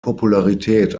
popularität